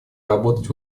работать